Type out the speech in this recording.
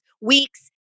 weeks